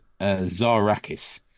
Zarakis